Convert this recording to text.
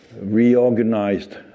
reorganized